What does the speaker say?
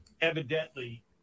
evidently